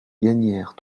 gagnaire